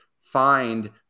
find